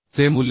चे मूल्य 0